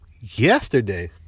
yesterday